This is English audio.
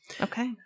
Okay